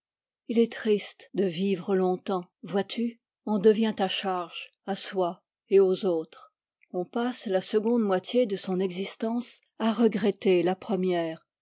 il est triste de vivre longtemps vois-tu on devient à charge à soi et aux autres on passe la seconde moitié de son existence à regretter la première